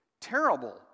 Terrible